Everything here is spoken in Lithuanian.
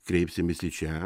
kreipsimės į čia